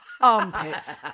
armpits